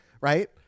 right